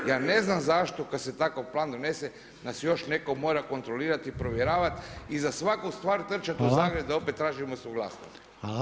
Ja ne znam zašto kada se taj plan donese nas još netko mora kontrolirati i provjeravati i za svaku stvar trčati u Zagreb da opet tražimo suglasnost.